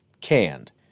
canned